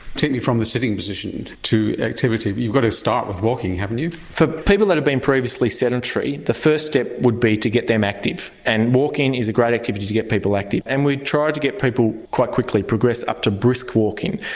take me from the sitting position and to activity, but you've got to start with walking haven't you? for people that have been previously sedentary the first step would be to get them active and walking is a great activity to get people active. and we try to get people quite quickly progress up to brisk walking.